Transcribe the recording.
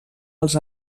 els